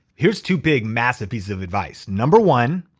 here's two big massive pieces of advice. number one,